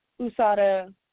USADA